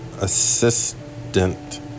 assistant